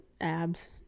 abs